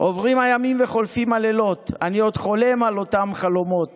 "עוברים הימים וחולפים הלילות / אני עוד חולם את אותם חלומות